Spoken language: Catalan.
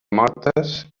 mortes